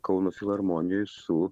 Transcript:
kauno filharmonijoj su